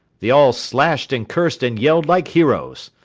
they all slashed and cursed and yelled like heroes.